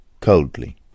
Coldly